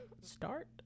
start